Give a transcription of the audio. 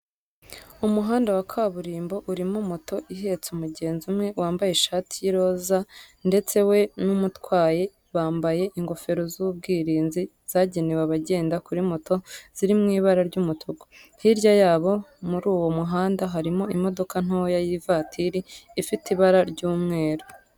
Umuhanda wa kaburimbo urimo moto ihetse umugenzi umwe wambaye ishati y'iroza ndetse we n'umutwaye bambaye ingofero z'ubwirinzi zagenewe abagenda kuri moto ziri mu ibara ry'umutuku. Hirya yabo muri uwo muhanda harimo imodoka nto y'ivatiri ifite ibara ry'umweru.